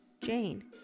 Jane